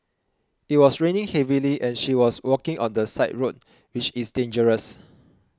it was raining heavily and she was walking on the side road which is dangerous